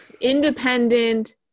independent